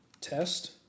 test